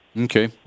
Okay